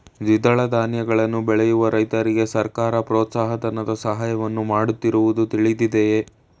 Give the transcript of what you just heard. ದ್ವಿದಳ ಧಾನ್ಯಗಳನ್ನು ಬೆಳೆಯುವ ರೈತರಿಗೆ ಸರ್ಕಾರ ಪ್ರೋತ್ಸಾಹ ಧನದ ಸಹಾಯವನ್ನು ಮಾಡುತ್ತಿರುವುದು ತಿಳಿದಿದೆಯೇ?